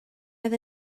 oedd